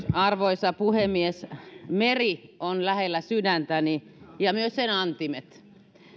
arvoisa puhemies meri on lähellä sydäntäni ja myös sen antimet